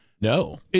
no